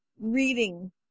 reading